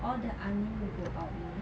all the angin will go out you know